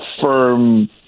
firm